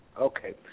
Okay